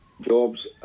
jobs